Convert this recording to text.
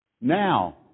Now